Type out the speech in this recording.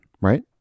Right